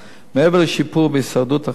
מעבר לשיפור בהישרדות החולים,